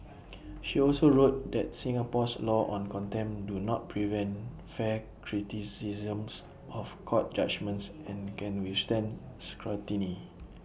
she also wrote that Singapore's laws on contempt do not prevent fair criticisms of court judgements and can withstand scrutiny